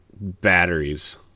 batteries